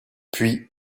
puis